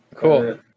Cool